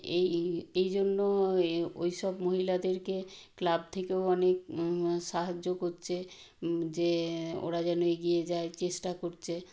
এই এই জন্য ওই সব মহিলাদেরকে ক্লাব থেকেও অনেক সাহায্য করছে যে ওরা যেন এগিয়ে যায় চেষ্টা করছে